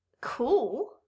Cool